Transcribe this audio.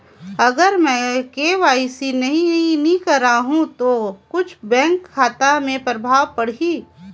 अगर मे के.वाई.सी नी कराहू तो कुछ बैंक खाता मे प्रभाव पढ़ी?